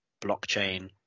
blockchain